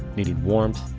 needing warmth,